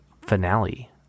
finale